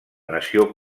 nació